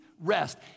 rest